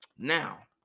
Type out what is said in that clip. Now